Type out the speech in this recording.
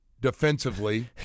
defensively